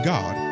God